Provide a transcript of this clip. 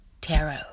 Tarot